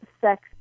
sex